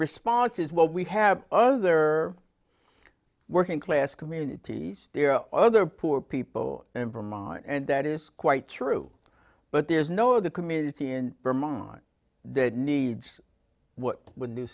response is well we have other working class communities there are other poor people and vermont and that is quite true but there's no the community in vermont that needs what w